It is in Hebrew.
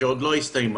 שטרם הסתיימה.